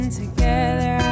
together